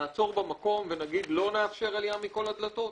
נעצור במקום ונגיד שלא נאפשר עלייה מכל הדלתות?